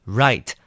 right